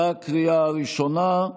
בקריאה הראשונה.